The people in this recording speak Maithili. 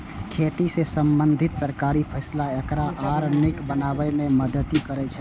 खेती सं संबंधित सरकारी फैसला एकरा आर नीक बनाबै मे मदति करै छै